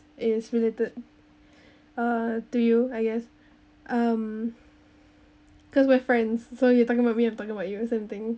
is related uh to you I guess um cause we're friends so you talking about me I'm talking about you same thing